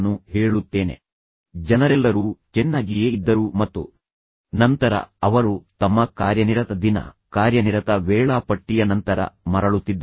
ಆದ್ದರಿಂದ ಅವರು ಈ ನ್ಯೂಯಾರ್ಕ್ ಸಬ್ವೇ ಕಾರಿ ನಲ್ಲಿದ್ದರು ಅದು ತುಂಬಾ ಶಾಂತವಾಗಿತ್ತು ಮತ್ತು ನಂತರ ಜನರೆಲ್ಲರೂ ಚೆನ್ನಾಗಿಯೇ ಇದ್ದರು ಮತ್ತು ನಂತರ ಅವರು ತಮ್ಮ ಕಾರ್ಯನಿರತ ದಿನ ಕಾರ್ಯನಿರತ ವೇಳಾಪಟ್ಟಿಯ ನಂತರ ಮರಳುತ್ತಿದ್ದರು